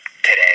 today